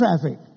traffic